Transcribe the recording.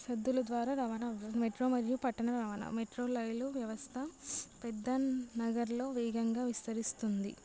సద్దుల ద్వారా రవాణా అవుతుంది మెట్రో మరియు పట్టణ రవాణా మెట్రో రైలు వ్యవస్థ పెద్ద నగరాల్లో వేగంగా విస్తరిస్తోంది